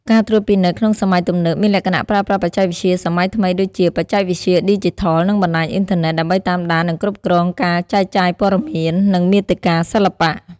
ការត្រួតពិនិត្យក្នុងសម័យទំនើប មានលក្ខណៈប្រើប្រាស់បច្ចេកវិទ្យាសម័យថ្មី ដូចជា បច្ចេកវិទ្យាឌីជីថល និងបណ្ដាញអ៊ីនធឺណេត ដើម្បីតាមដាន និងគ្រប់គ្រងការចែកចាយព័ត៌មាន និងមាតិកាសិល្បៈ។